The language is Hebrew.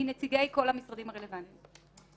מנציגי כל המשרדים הרלוונטיים,